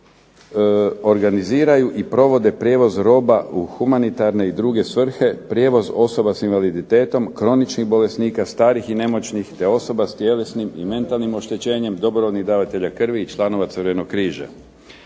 "Organiziraju i provode prijevoz roba u humanitarne i druge svrhe, prijevoz osoba sa invaliditetom, kroničnih bolesnika, starih i nemoćnih, te osoba sa tjelesnim i mentalnim oštećenjem, dobrovoljnih davatelja krvi i članova Crvenog križa."